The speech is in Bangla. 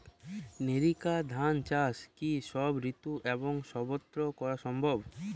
নেরিকা ধান চাষ কি সব ঋতু এবং সবত্র করা সম্ভব?